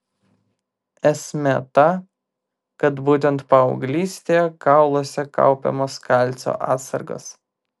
esmė ta kad būtent paauglystėje kauluose kaupiamos kalcio atsargos